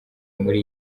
muri